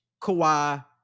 Kawhi